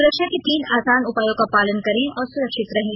सुरक्षा के तीन आसान उपायों का पालन करें और सुरक्षित रहें